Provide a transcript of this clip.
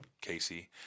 casey